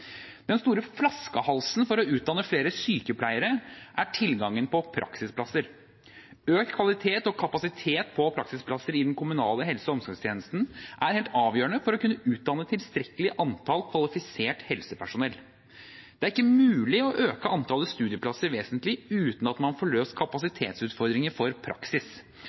Den store flaskehalsen for å utdanne flere sykepleiere er tilgangen på praksisplasser. Økt kvalitet og kapasitet på praksisplasser i den kommunale helse- og omsorgstjenesten er helt avgjørende for å kunne utdanne et tilstrekkelig antall kvalifisert helsepersonell. Det er ikke mulig å øke antallet studieplasser vesentlig uten at man få løst kapasitetsutfordringer for praksis.